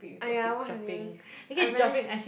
!aiya! wash only I very